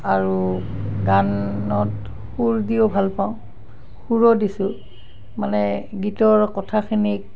আৰু গানত সুৰ দিওঁ ভাল পাওঁ সুৰো দিছোঁ মানে গীতৰ কথাখিনিক